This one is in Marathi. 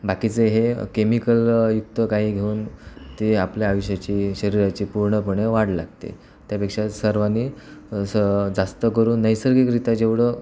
बाकीचे हे केमिकल युक्त काही घेऊन ते आपल्या आयुष्याची शरीराची पूर्णपणे वाढ लागते त्यापेक्षा सर्वांनी स जास्त करून नैसर्गिकरित्या जेवढं